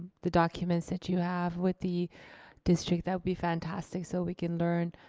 the documents that you have with the district that would be fantastic, so we can learn,